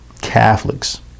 Catholics